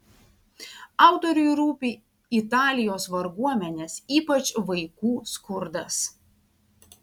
autoriui rūpi italijos varguomenės ypač vaikų skurdas